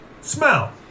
smell